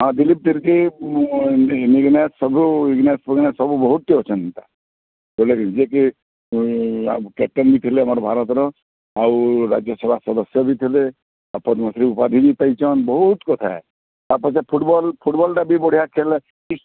ହଁ ଦିଲୀପ୍ ତିର୍କି ସବୁ ଇଗନେସ ଫିଗନେସ ସବୁ ବହୁତ ଅଛନ୍ତି ହେନ୍ତା ହେଲାକି ଯିଏକି ଆ କ୍ୟାପ୍ଟେନ୍ ବି ଥିଲେ ଆମ ଭାରତ୍ର ଆଉ ରାଜ୍ୟସଭା ସଦସ୍ୟ ବି ଥିଲେ ଆଉ ପଦ୍ମଶ୍ରୀ ଉପାଧି ବି ପାଇଛନ୍ ବହୁତ୍ କଥା ହେ ତା' ପଛେ ଫୁଟବଲ୍ ଫୁଟବଲ୍ଟା ବି ବଢ଼ିଆ ଖେଲ୍ଲେ